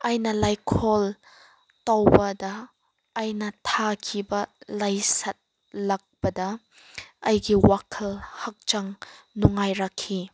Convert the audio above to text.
ꯑꯩꯅ ꯂꯩꯀꯣꯜ ꯇꯧꯕꯗ ꯑꯩꯅ ꯊꯥꯈꯤꯕ ꯂꯩ ꯁꯥꯠꯂꯛꯄꯗ ꯑꯩꯒꯤ ꯋꯥꯈꯜ ꯍꯛꯆꯥꯡ ꯅꯨꯡꯉꯥꯏꯔꯛꯈꯤ